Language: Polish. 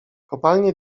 kopalnie